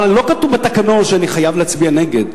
אבל לא כתוב בתקנון שאני חייב להצביע נגד.